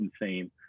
insane